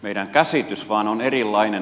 meidän käsityksemme vain on erilainen